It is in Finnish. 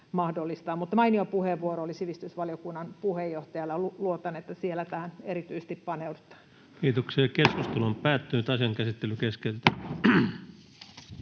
Mainio puheenvuoro oli sivistysvaliokunnan puheenjohtajalla, ja luotan, että siellä tähän erityisesti paneudutaan. Lähetekeskustelua varten esitellään